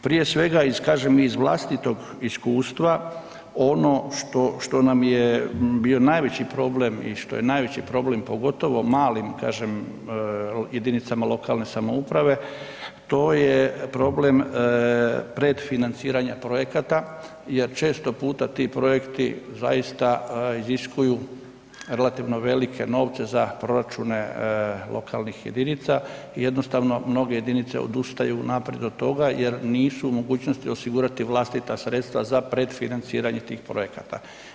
Prije svega kažem iz vlastitog iskustva ono što, što nam je bio najveći problem i što je najveći problem pogotovo malim kažem JLS-ovima, to je problem pretfinanciranja projekata jer često puta ti projekti zaista iziskuju relativno velike novce za proračune lokalnih jedinica i jednostavno mnoge jedinice odustaju unaprijed od toga jer nisu u mogućnosti osigurati vlastita sredstva za pretfinancrianje tih projekata.